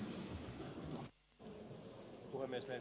arvoisa puhemies